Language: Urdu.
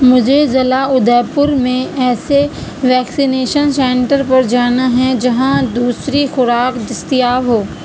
مجھے ضلع ادے پور میں ایسے ویکسینیشن سینٹر پر جانا ہے جہاں دوسری خوراک دستیاب ہو